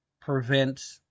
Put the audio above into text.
prevent